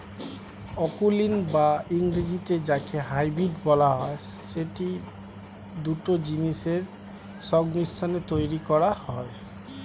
অকুলীন বা ইংরেজিতে যাকে হাইব্রিড বলা হয়, সেটি দুটো জিনিসের সংমিশ্রণে তৈরী করা হয়